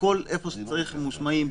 בכל מקום שצריך הם ממושמעים,